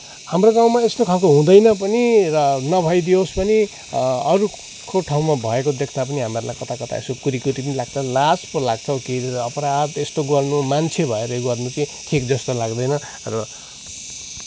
हाम्रो गाउँमा यस्तो खालको हुँदैन पनि र नभइदियोस् पनि अरूको ठउँमा भएको देख्दा पनि हामीहरूलाई कता कता यसो कुरी कुरी पनि लाग्छ लाज पो लाग्छ हौ कि अपराध यस्तो गर्नु मान्छे भएर यो गर्नु चाहिँ ठिक जस्तो लाग्दैन र